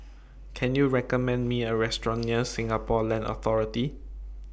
Can YOU recommend Me A Restaurant near Singapore Land Authority